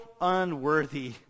unworthy